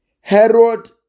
Herod